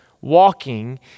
walking